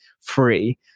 free